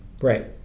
Right